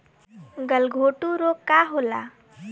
गलघोटू रोग का होला?